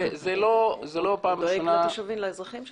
הוא דואג לאזרחים שם.